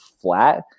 flat